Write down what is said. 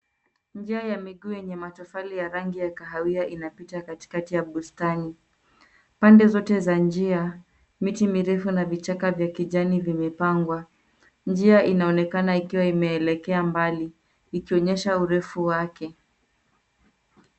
Njia ya miguu yenye matofali ya rangi ya kahawia inapita kati kati ya bustani. Pande zote za njia, mti mirefu na vichaka vya kijani vimepangwa. Njia inaonekana ikiwa imeelekea mbali ikionyesha urefu wake.